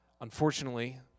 Unfortunately